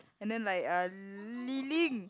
and then like uh Li Ling